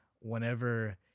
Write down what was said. whenever